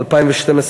וב-2012,